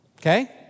okay